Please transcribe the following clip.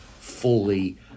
fully